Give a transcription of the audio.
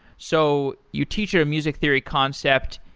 so you teach it a music theory concept,